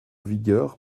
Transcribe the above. vigueur